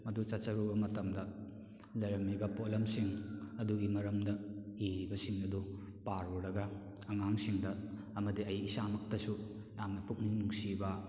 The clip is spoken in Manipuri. ꯑꯗꯨ ꯆꯠꯆꯔꯨꯕ ꯃꯇꯝꯗ ꯂꯩꯔꯝꯃꯤꯕ ꯄꯣꯠꯂꯝꯁꯤꯡ ꯑꯗꯨꯒꯤ ꯃꯔꯝꯗ ꯏꯔꯤꯕꯁꯤꯡ ꯑꯗꯨ ꯄꯥꯔꯨꯔꯒ ꯑꯉꯥꯡꯁꯤꯡꯗ ꯑꯃꯗꯤ ꯑꯩ ꯏꯁꯥꯃꯛꯇꯁꯨ ꯌꯥꯝꯅ ꯄꯨꯛꯅꯤꯡ ꯅꯨꯡꯁꯤꯕ